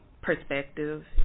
perspective